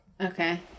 Okay